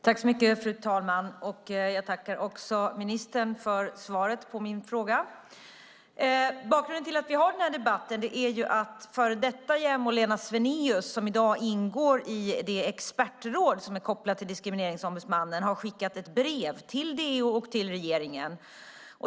Fru talman! Jag tackar ministern för svaret på min fråga. Bakgrunden till den här debatten är att före detta JämO Lena Svenaeus, som i dag ingår i det expertråd som är kopplat till Diskrimineringsombudsmannen, har skickat ett brev till DO och till regeringen.